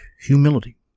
humility